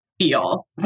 feel